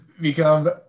become